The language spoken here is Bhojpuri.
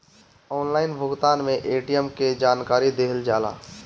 ऑनलाइन भुगतान में ए.टी.एम के जानकारी दिहल जाला?